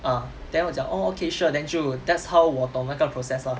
ah then 我讲 oh okay sure then 就 that's how 我懂那个 process lah